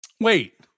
Wait